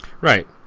Right